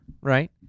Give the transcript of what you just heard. right